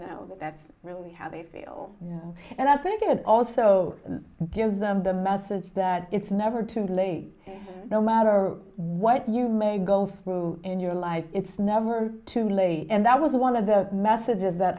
know that that's really how they feel you know and i think it also gives them the message that it's never too late no matter what you may go through in your life it's never too late and that was one of the messages that